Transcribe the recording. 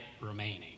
remaining